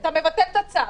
אתה מבטל את הצו.